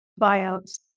buyouts